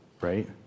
right